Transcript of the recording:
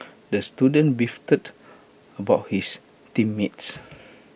the student beefed about his team mates